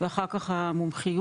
ואחר כך המומחיות.